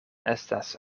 estas